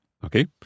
Okay